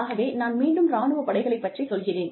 ஆகவே நான் மீண்டும் இராணுவ படைகளைப் பற்றிச் சொல்கிறேன்